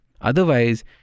Otherwise